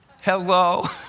Hello